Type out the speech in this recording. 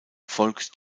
folgt